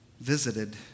visited